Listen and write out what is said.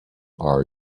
are